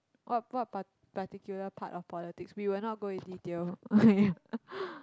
what what par~ particular part of politics we will not go in detail